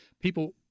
People